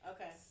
Okay